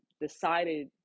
decided